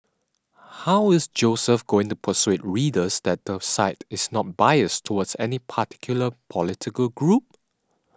how is Joseph going to persuade readers that the site is not biased towards any particular political group